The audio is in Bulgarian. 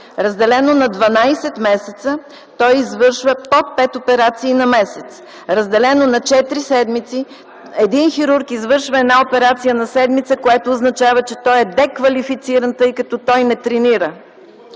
Разделено на 12 месеца, той извършва по 5 операции на месец. Разделено на четири седмици, един хирург извършва една операция на седмица, което означава, че той е деквалифициран, тъй като не тренира.